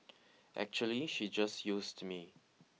actually she just used me